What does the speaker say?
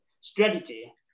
strategy